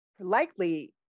likely